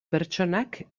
pertsonak